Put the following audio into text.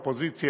האופוזיציה,